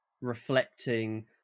reflecting